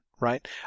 Right